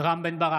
רם בן ברק,